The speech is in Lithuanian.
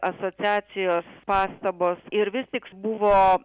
asociacijos pastabos ir vistik buvo